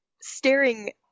staring